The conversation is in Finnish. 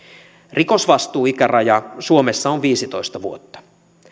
rikosvastuuikäraja suomessa on viisitoista vuotta